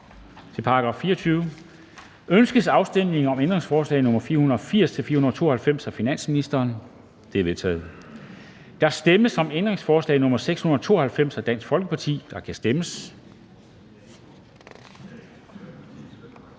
er forkastet. Ønskes afstemning om ændringsforslag nr. 298 af finansministeren? Det er vedtaget. Der stemmes om ændringsforslag nr. 688 af DF, og der kan stemmes.